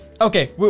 okay